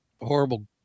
horrible